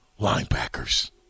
Linebackers